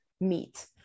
meet